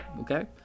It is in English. okay